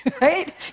right